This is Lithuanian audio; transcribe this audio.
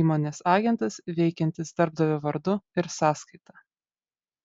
įmonės agentas veikiantis darbdavio vardu ir sąskaita